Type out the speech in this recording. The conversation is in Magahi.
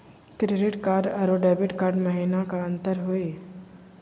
क्रेडिट कार्ड अरू डेबिट कार्ड महिना का अंतर हई?